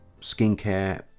skincare